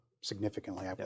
significantly